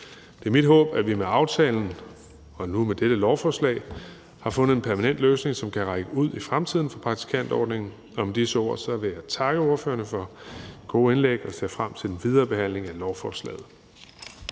Det er mit håb, at vi med aftalen og nu med dette lovforslag har fundet en permanent løsning, som kan række ud i fremtiden for praktikantordningen, og med disse ord vil jeg takke ordførerne for gode indlæg og se frem til den videre behandling af lovforslaget.